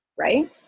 Right